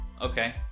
Okay